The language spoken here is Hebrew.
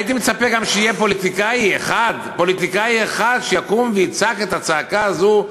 הייתי מצפה גם שיהיה פוליטיקאי אחד שיקום ויצעק את הצעקה הזאת: